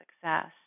success